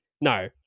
no